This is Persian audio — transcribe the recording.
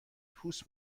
پوست